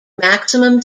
maximum